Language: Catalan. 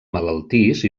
malaltís